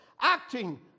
acting